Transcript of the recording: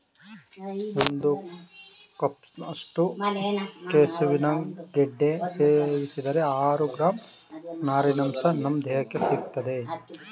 ಒಂದು ಕಪ್ನಷ್ಟು ಕೆಸುವಿನ ಗೆಡ್ಡೆ ಸೇವಿಸಿದರೆ ಆರು ಗ್ರಾಂ ನಾರಿನಂಶ ನಮ್ ದೇಹಕ್ಕೆ ಸಿಗ್ತದೆ